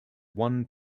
one